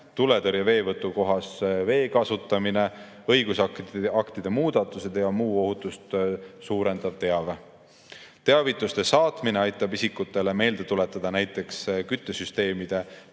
tuletõrje veevõtukohas vee kasutamine, õigusaktide muudatused ja muu ohutust suurendav teave. Teavituste saatmine aitab isikutele meelde tuletada näiteks küttesüsteemide